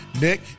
Nick